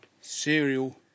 cereal